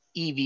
EV